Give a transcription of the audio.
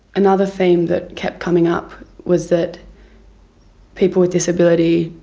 another theme that kept coming up was that people with disability,